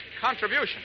contribution